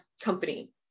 company